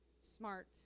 smart